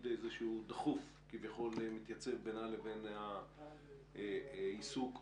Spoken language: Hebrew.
איזה משהו דחוף כביכול מתייצב בינה לבין העיסוק בה,